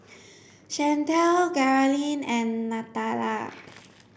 Shantel Geralyn and Nathalia